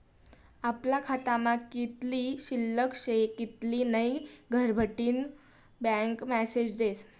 आपला खातामा कित्ली शिल्लक शे कित्ली नै घरबठीन बँक मेसेज देस